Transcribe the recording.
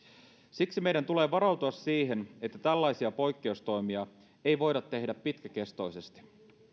siksi meidän tulee varautua siihen että tällaisia poikkeustoimia ei voida tehdä pitkäkestoisesti